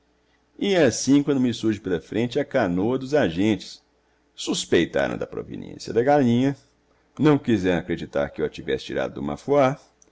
ia assim quando me surge pela frente a canoa dos agentes suspeitaram da proveniência da galinha não quiseram acreditar que eu a tivesse tirado do